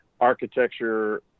architecture